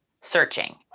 searching